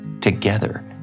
Together